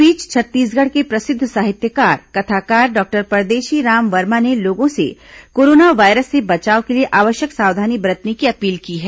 इस बीच छत्तीसगढ़ के प्रसिद्ध साहित्यकार कथाकार डॉक्टर परदेशी राम वर्मा ने लोगों से कोरोना वायरस से बचाव के लिए आवश्यक सावधानी बरतने की अपील की है